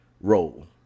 roll